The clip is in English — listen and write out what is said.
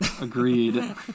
agreed